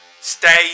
Stay